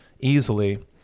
easily